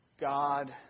God